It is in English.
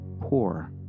poor